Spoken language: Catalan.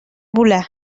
volar